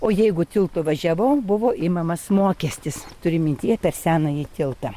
o jeigu tiltu važiavau buvo imamas mokestis turi mintyje per senąjį tiltą